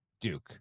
Duke